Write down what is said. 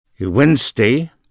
Wednesday